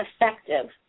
effective